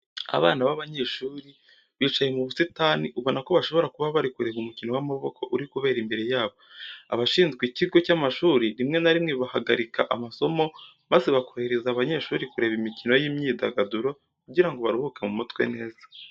Abana b'abanyeshuri bicaye mu busitani ubona ko bashobora kuba bari kureba umukino w'amaboko uri kuba imbere yabo. Abashinzwe ikigo cy'amashuri rimwe na rimwe bahagarika amasomo maze bakohereza abanyeshuri kureba imikino y'imyidagaduro kugira ngo baruhuke mu mutwe neza.